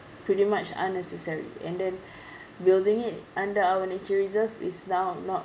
pretty much unnecessary and then building it under our nature reserve is now not